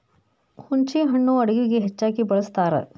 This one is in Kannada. ಹುಂಚಿಹಣ್ಣು ಅಡುಗೆಗೆ ಹೆಚ್ಚಾಗಿ ಬಳ್ಸತಾರ